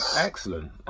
Excellent